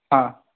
हाँ